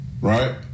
Right